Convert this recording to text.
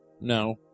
No